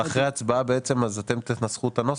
אבל אחרי ההצבעה בעצם אז אתם תנסחו את הנוסח?